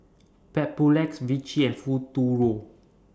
Papulex Vichy and Futuro